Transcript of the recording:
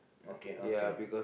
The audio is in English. okay okay